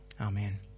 Amen